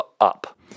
up